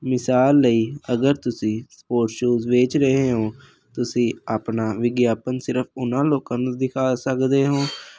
ਮਿਸਾਲ ਲਈ ਅਗਰ ਤੁਸੀਂ ਸਪੋਟਸ ਸ਼ੂਜ਼ ਵੇਚ ਰਹੇ ਹੋ ਤੁਸੀਂ ਆਪਣਾ ਵਿਗਿਆਪਨ ਸਿਰਫ਼ ਉਹਨਾਂ ਲੋਕਾਂ ਨੂੰ ਦਿਖਾ ਸਕਦੇ ਹੋ